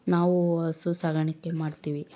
ನಾವು ಹಸು ಸಾಗಾಣಿಕೆ ಮಾಡ್ತೀವಿ